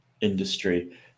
industry